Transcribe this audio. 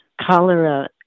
cholera